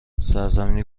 سرزمینی